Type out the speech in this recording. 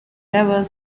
never